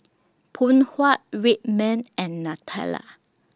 Phoon Huat Red Man and Nutella